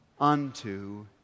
unto